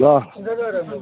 र'